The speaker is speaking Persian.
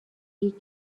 هیچ